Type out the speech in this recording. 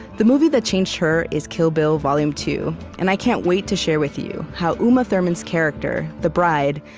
the movie that changed her is kill bill volume two, and i can't wait to share with you how uma thurman's character, the bride,